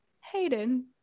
Hayden